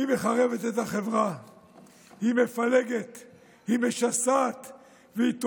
היא מחרבת את החברה,